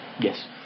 Yes